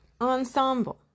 Ensemble